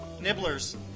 Nibblers